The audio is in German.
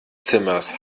zimmers